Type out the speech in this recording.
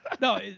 no